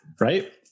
Right